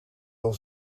wel